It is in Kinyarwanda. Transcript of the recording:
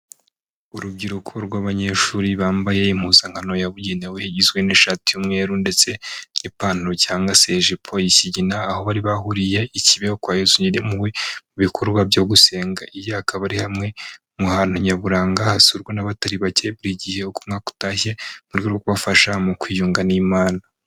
Urubyiruko rw'abanyeshuri bambaye impuzankano yabugenewe igizwe n'ishati y'umweru, ndetse n'ipantaro cyangwase ijipo y'ikigina, aho bari bahuriye i Kibeho kwa Yezu nyirimpuhwe mu bikorwa byo gusenga, iyi akaba ari hamwe mu hantu nyaburanga hasurwa n'abatari bake buri gihe uko umwaka utashye mu rwego rwo kubafasha mu kwiyunga n'Imana.